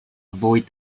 avoid